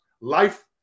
Life